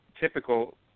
typical